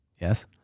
Yes